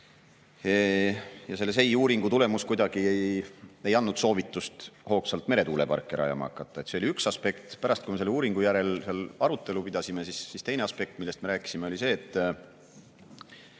SEI uuringu tulemus kuidagi ei andnud soovitust esmajärjekorras meretuuleparke rajama hakata. See oli üks aspekt. Pärast, kui me selle uuringu järel arutelu pidasime, siis teine aspekt, millest me rääkisime, oli see, et